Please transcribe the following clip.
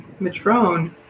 Matrone